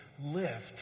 lift